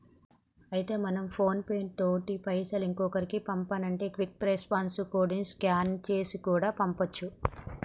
అయితే మనం PhonePe తోటి పైసలు ఇంకొకరికి పంపానంటే క్విక్ రెస్పాన్స్ కోడ్ ని స్కాన్ చేసి కూడా పంపొచ్చు